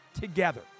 together